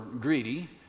greedy